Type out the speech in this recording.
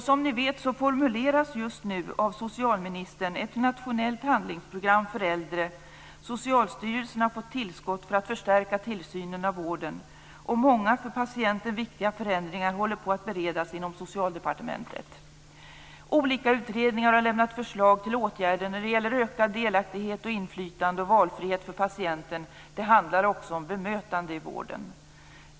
Som ni vet formuleras just nu av socialministern ett nationellt handlingsprogram för äldre, och Socialstyrelsen har fått tillskott för att förstärka tillsynen av vården. Många för patienten viktiga förändringar håller på att beredas inom Socialdepartementet. Olika utredningar har lämnat förslag till åtgärder när det gäller ökad delaktighet och inflytande och valfrihet för patienten. Det handlar också om bemötandet i vården.